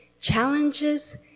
challenges